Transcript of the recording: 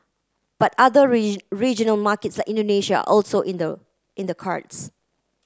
but other regional markets like Indonesia also in the in the cards